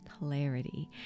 clarity